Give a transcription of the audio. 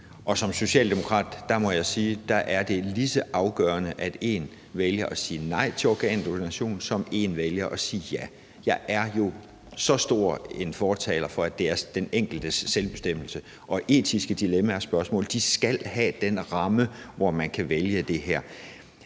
jeg sige, at det er lige så afgørende, at en person vælger at sige nej til organdonation, som at en person vælger at sige ja. Jeg er jo så stor en fortaler for, at den enkelte har selvbestemmelse. Og etiske dilemmaer og spørgsmål skal have den ramme, hvor man kan vælge det her.